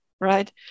right